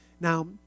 Now